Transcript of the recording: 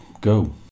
go